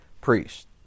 priest